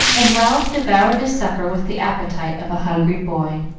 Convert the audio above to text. and ralph devoured his supper with the appetite of a hungry boy,